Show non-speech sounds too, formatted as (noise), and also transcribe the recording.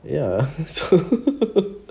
ya so (laughs)